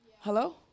Hello